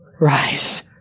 rise